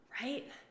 Right